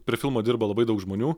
prie filmo dirba labai daug žmonių